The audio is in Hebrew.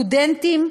לסטודנטים,